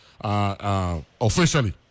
officially